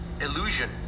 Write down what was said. illusion